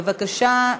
בבקשה,